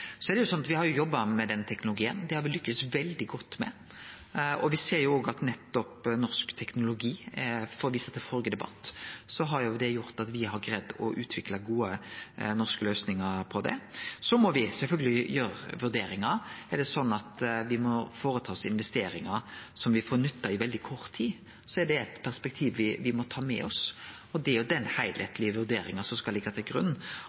har me lukkast veldig godt med. Me ser òg at nettopp norsk teknologi – for å vise til førre debatt – har gjort at me har greidd å utvikle gode norske løysingar på dette. Så må me sjølvsagt gjere vurderingar. Er det slik at me må gjere investeringar som me får nytte av i veldig kort tid, er det eit perspektiv me må ta med oss. Det er den heilskaplege vurderinga som skal liggje til grunn.